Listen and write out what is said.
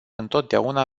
întotdeauna